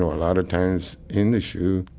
a lot of times in the shu,